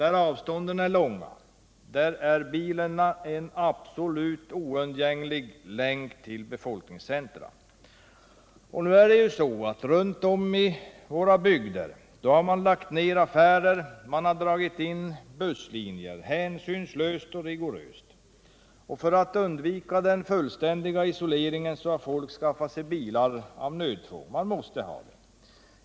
Där avstånden är långa är bilen en absolut oundgänglig länk till befolkningscentra. Nu är det ju så att man runt om i våra bygder har lagt ner affärer och dragit in busslinjer hänsynslöst och rigoröst. För att undvika den fullständiga isoleringen har människorna där då skaffat sig bilar — av nödtvång; de måste ha dem.